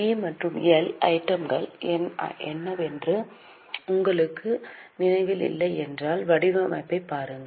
B மற்றும் L item கள் என்னவென்று உங்களுக்கு நினைவில் இல்லை என்றால் வடிவமைப்பைப் பாருங்கள்